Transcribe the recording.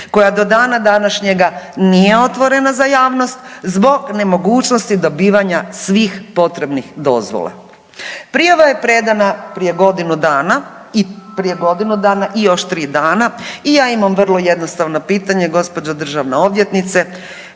koja do dana današnjega nije otvorena za javnost zbog nemogućnosti dobivanja svih potrebnih dozvola. Prijava je predana prije godinu dana i prije godinu i još tri dana i ja imam vrlo jednostavno pitanje gospođo državna odvjetnice.